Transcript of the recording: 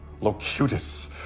Locutus